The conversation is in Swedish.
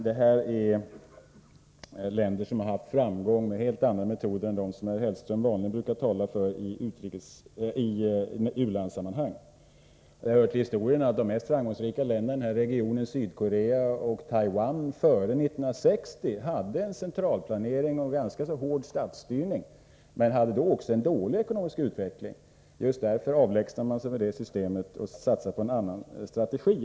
Detta är länder som har haft framgång med helt andra metoder än dem som herr Hellström vanligen brukar tala för i u-landssammanhang. Det hör till historien att de mest framgångsrika länderna i denna region, Sydkorea och Taiwan, före 1960 hade centralplanering och ganska hård statsstyrning. Men den ekonomiska utvecklingen var då också svag. Just därför avlägsnade man sig från det systemet och satsade på en annan strategi.